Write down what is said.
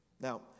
Now